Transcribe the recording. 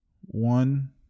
one